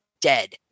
dead